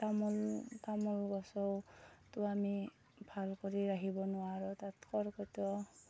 তামোল তামোল গছতো আমি ভাল কৰি ৰাখিব নোৱাৰোঁ তাত কেৰ্কেটুৱাও